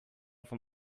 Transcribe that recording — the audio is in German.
vom